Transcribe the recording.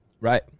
Right